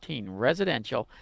Residential